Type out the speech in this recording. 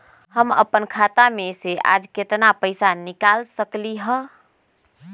हम अपन खाता में से आज केतना पैसा निकाल सकलि ह?